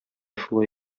шулай